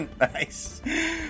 nice